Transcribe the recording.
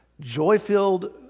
Joy-filled